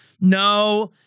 no